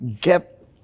Get